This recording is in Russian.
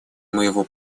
моего